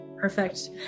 Perfect